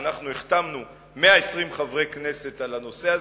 ואנחנו החתמנו 120 חברי כנסת על הנושא הזה,